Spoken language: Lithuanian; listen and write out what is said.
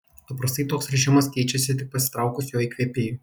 paprastai toks režimas keičiasi tik pasitraukus jo įkvėpėjui